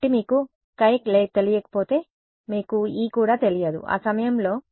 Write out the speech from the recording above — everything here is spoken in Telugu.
కాబట్టి మీకు χ తెలియకపోతే మీకు E కూడా తెలియదు ఆ సమయంలో